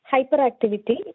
Hyperactivity